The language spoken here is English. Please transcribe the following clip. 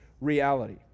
reality